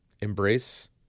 embrace